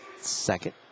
second